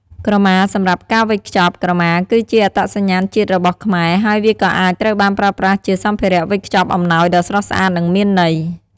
ក្រមាសម្រាប់ការវេចខ្ចប់ ក្រមាគឺជាអត្តសញ្ញាណជាតិរបស់ខ្មែរ ហើយវាក៏អាចត្រូវបានប្រើប្រាស់ជាសម្ភារៈវេចខ្ចប់អំណោយដ៏ស្រស់ស្អាត និងមានន័យ។